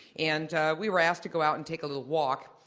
and we were asked to go out and take a little walk.